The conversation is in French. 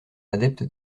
adepte